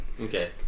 Okay